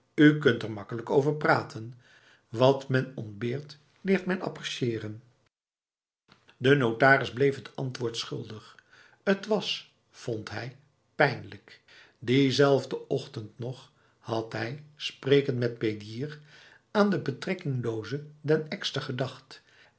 u kunt er gemakkelijk over pratenb wat men ontbeert leert men appreciëren de notaris bleef het antwoord schuldig t was vond hij pijnlijk diezelfde ochtend nog had hij sprekend met prédier aan de betrekkingloze den ekster gedacht